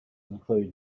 include